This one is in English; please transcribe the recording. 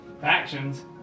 Factions